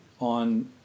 on